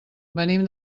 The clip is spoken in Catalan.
venim